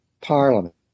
parliament